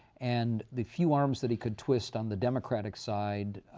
and the few arms that he could twist on the democratic side